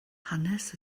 hanes